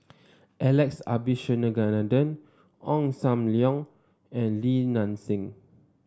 Alex Abisheganaden Ong Sam Leong and Li Nanxing